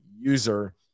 user